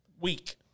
week